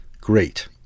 Great